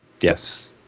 Yes